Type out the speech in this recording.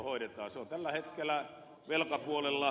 se on tällä hetkellä velkapuolella